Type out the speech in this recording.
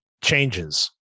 changes